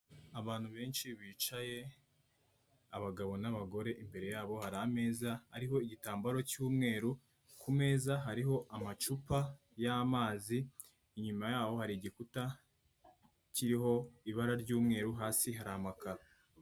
Abantu benshi bicaye abagabo n'abagore, imbere yabo hari ameza ariho igitambaro cy'umweru, ku meza hariho amacupa y'amazi, inyuma yaho hari igikuta kiriho ibara ry'umweru, hasi hari amakaro.